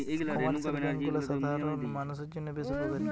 commercial bank গুলা সাধারণ মানুষের জন্য বেশ উপকারী